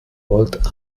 volt